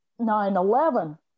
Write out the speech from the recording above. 9-11